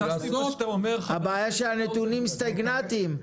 הבעיה היא שהנתונים סטגנטיים,